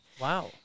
Wow